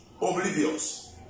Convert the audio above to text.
oblivious